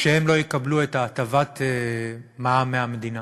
שהם לא יקבלו את הטבת המע"מ מהמדינה.